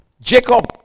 jacob